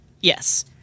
Yes